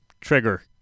trigger